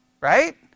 Right